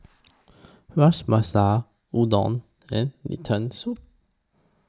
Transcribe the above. Ras Udon and Lentil Soup